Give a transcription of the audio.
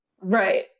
right